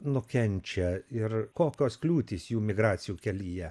nukenčia ir kokios kliūtys jų migracijų kelyje